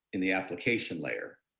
in the application layer.